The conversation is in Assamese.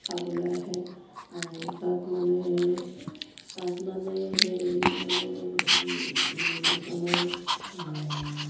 চাবলৈ আহে আৰু তাত মানে তাত মানে সেই হেৰি মানে মানে আমাৰ